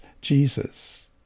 Jesus